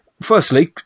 Firstly